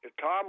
Tom